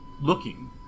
looking